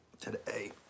today